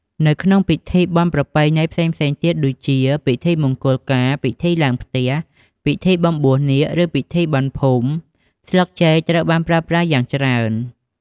នៅក្នុង ពិធីបុណ្យប្រពៃណី ផ្សេងៗទៀតដូចជា ពិធីមង្គលការ ពិធីឡើងផ្ទះ ពិធីបំបួសនាគ ឬពិធីបុណ្យភូមិ ស្លឹកចេកត្រូវបានប្រើប្រាស់យ៉ាងច្រើន។